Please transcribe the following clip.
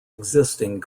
existing